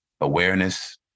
awareness